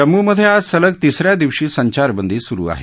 जम्मूमध्ये आज सलग तिस या दिवशी संचारबंदी सुरु आहे